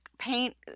paint